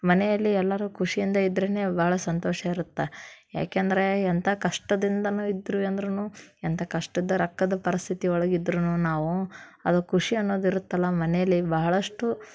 ಮನೆಯಲ್ಲಿ ಎಲ್ಲರೂ ಖುಷಿಯಿಂದ ಇದ್ದರೇನೆ ಭಾಳ ಸಂತೋಷ ಇರುತ್ತೆ ಯಾಕೆಂದರೆ ಎಂಥ ಕಷ್ಟದಿಂದಲೂ ಇದ್ದರು ಅಂದ್ರೂ ಎಂಥ ಕಷ್ಟದ ರಕ್ಕದ ಪರಸ್ಥಿತಿ ಒಳಗಿದ್ರೂ ನಾವೂ ಅದು ಖುಷಿ ಅನ್ನೋದು ಇರುತ್ತಲ್ಲ ಮನೇಲಿ ಬಹಳಷ್ಟು